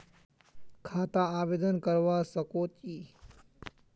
खाता आवेदन करवा संकोची?